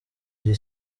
iri